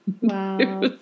Wow